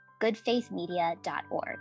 goodfaithmedia.org